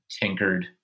tinkered